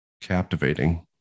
captivating